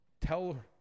tell